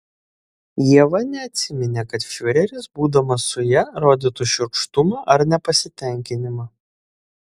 ieva neatsiminė kad fiureris būdamas su ja rodytų šiurkštumą ar nepasitenkinimą